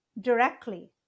directly